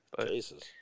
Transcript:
Jesus